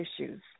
issues